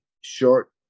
short